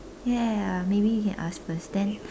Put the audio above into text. ya ya ya maybe you can ask first then